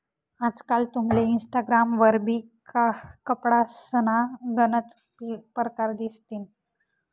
आजकाल तुमले इनस्टाग्राम वरबी कपडासना गनच परकार दिसतीन